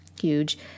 huge